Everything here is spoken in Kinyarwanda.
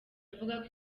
avuga